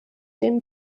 den